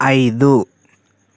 ఐదు